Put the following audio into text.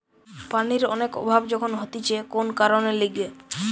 পানির অনেক অভাব যখন হতিছে কোন কারণের লিগে